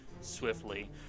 swiftly